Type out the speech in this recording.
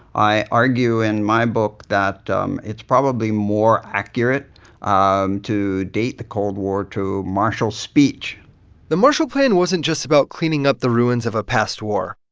i argue in my book that um it's probably more accurate um to date the cold war to marshall's speech the marshall plan wasn't just about cleaning up the ruins of a past war.